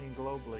globally